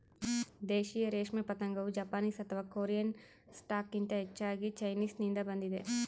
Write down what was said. ದೇಶೀಯ ರೇಷ್ಮೆ ಪತಂಗವು ಜಪಾನೀಸ್ ಅಥವಾ ಕೊರಿಯನ್ ಸ್ಟಾಕ್ಗಿಂತ ಹೆಚ್ಚಾಗಿ ಚೈನೀಸ್ನಿಂದ ಬಂದಿದೆ